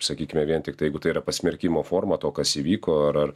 sakykime vien tiktai jeigu tai yra pasmerkimo forma to kas įvyko ar ar